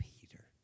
Peter